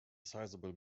sizeable